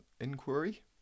inquiry